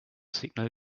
signal